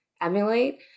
emulate